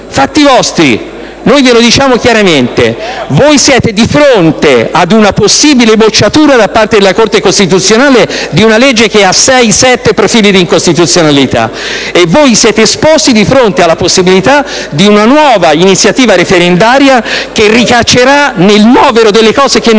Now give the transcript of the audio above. Fatti vostri! Noi ve lo diciamo chiaramente. Voi siete di fronte alla possibile bocciatura, da parte della Corte costituzionale, di una legge che ha sei o sette profili di incostituzionalità e siete esposti di fronte alla possibilità di una nuova iniziativa referendaria che ricaccerà nel novero delle cose che non esistono